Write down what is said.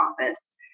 office